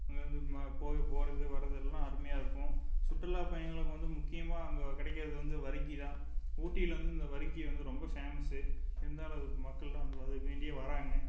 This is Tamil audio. அங்கேருந்து ம போகிறது வருகிறது எல்லாம் அருமையாக இருக்கும் சுற்றுலா பயணிகளுக்கு வந்து முக்கியமாக அங்கே கிடைக்கிறது வந்து வரிக்கி தான் ஊட்டியில் வந்து இந்த வரிக்கி வந்து ரொம்ப ஃபேமஸ் இருந்தாலும் அது மக்கள்லாம் அதுக்கு வேண்டியே வாராங்கள்